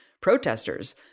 protesters